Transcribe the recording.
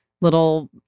little